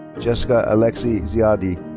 jessica alexi ziadie.